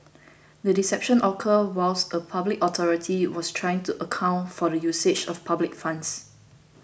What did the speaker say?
the deception occurred whilst a public authority was trying to account for the usage of public funds